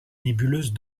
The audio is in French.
nébuleuse